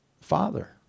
Father